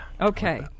Okay